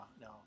no